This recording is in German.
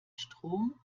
strom